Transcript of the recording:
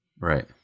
right